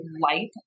light